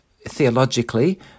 theologically